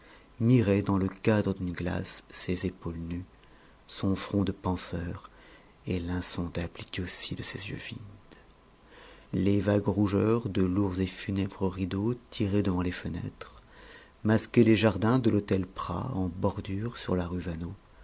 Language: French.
mirait dans le cadre d'une glace ses épaules nues son front de penseur et l'insondable idiotie de ses yeux vides les vagues rougeurs de lourds et funèbres rideaux tirés devant les fenêtres masquaient les jardins de l'hôtel prah en bordure sur la rue vaneau